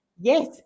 Yes